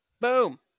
Boom